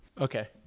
Okay